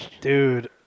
dude